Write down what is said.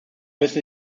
müssen